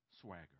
Swagger